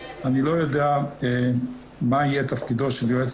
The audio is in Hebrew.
אני לא יודע מה יהיה תפקידו של יועץ